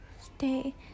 stay